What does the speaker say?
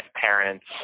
parents